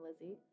Lizzie